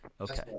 okay